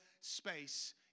space